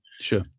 sure